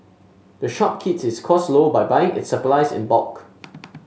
the shop keeps its costs low by buying its supplies in bulk